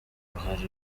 uruhare